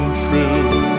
true